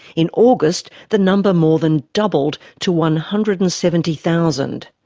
in august, the number more than doubled to one hundred and seventy thousand.